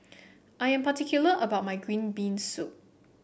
I am particular about my Green Bean Soup